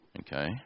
Okay